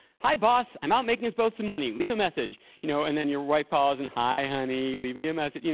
hi boss, i'm out making us both some money. leave a message. you know and then your wife calls, and, hi honey, leave me a message.